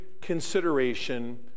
consideration